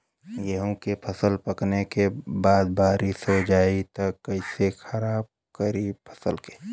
गेहूँ के फसल पकने के बाद बारिश हो जाई त कइसे खराब करी फसल के?